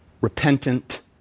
repentant